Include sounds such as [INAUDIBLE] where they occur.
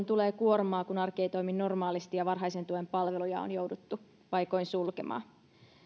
[UNINTELLIGIBLE] tulee kuormaa kun arki ei toimi normaalisti ja varhaisen tuen palveluja on jouduttu paikoin sulkemaan